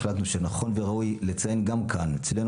החלטנו שנכון וראוי לציין גם כאן אצלנו